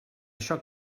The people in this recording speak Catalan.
això